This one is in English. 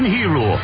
Hero